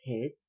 head